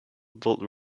built